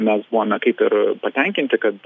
mes buvome kaip ir patenkinti kad